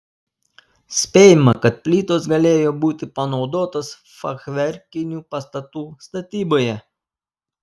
spėjama kad plytos galėjo būti panaudotos fachverkinių pastatų statyboje